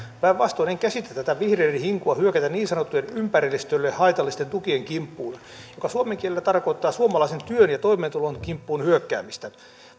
päinvastoin en käsitä tätä vihreiden hinkua hyökätä niin sanottujen ympäristölle haitallisten tukien kimppuun mikä suomen kielellä tarkoittaa suomalaisen työn ja toimeentulon kimppuun hyökkäämistä